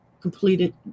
completed